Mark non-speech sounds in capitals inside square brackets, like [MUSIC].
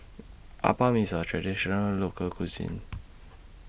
Appam IS A Traditional Local Cuisine [NOISE]